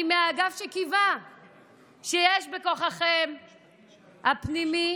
אני מהאגף שקיווה שיש בכוחכם הפנימי